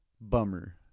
Bummer